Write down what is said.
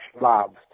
loved